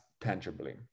tangibly